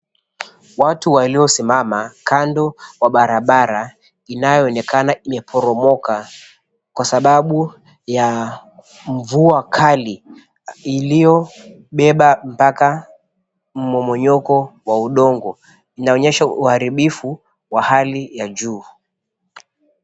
Watu walio simama kando ya barabara inayoonekana imeporomoka kwasababu ya mvua kali iliyobeba mpaka mmomonyoko wa udongo, inaonyesha uharibifu wa hali ya juu.